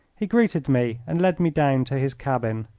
he greeted me and led me down to his cabin.